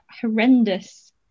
horrendous